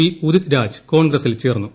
P Udit Raj കോൺഗ്രസിൽ ചേർന്നു